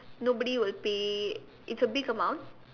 nobody will pay it's a big amount